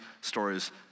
stories